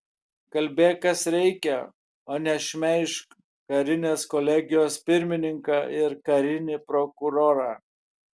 kalbėk kas reikia o ne šmeižk karinės kolegijos pirmininką ir karinį prokurorą